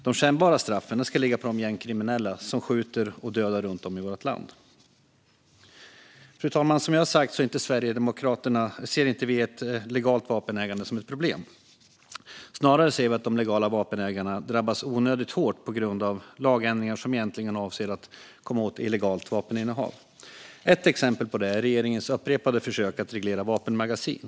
De kännbara straffen ska ligga på de gängkriminella som skjuter och dödar runt om i vårt land. Fru talman! Som sagt ser inte Sverigedemokraterna legalt vapenägande som ett problem. Snarare ser vi att de legala vapenägarna drabbas onödigt hårt på grund av lagändringar som egentligen avser att komma åt illegalt vapeninnehav. Ett exempel på det är regeringens upprepade försök att reglera vapenmagasin.